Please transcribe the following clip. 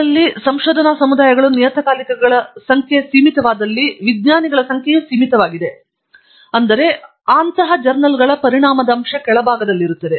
ಮತ್ತು ಸಮುದಾಯಗಳಲ್ಲಿ ಸಂಶೋಧನಾ ಸಮುದಾಯಗಳು ನಿಯತಕಾಲಿಕಗಳ ಸಂಖ್ಯೆ ಸೀಮಿತವಾದಲ್ಲಿ ವಿಜ್ಞಾನಿಗಳ ಸಂಖ್ಯೆ ಸೀಮಿತವಾಗಿದೆ ನಂತರ ಜರ್ನಲ್ ಪರಿಣಾಮದ ಅಂಶ ಕೆಳಭಾಗದಲ್ಲಿರುತ್ತದೆ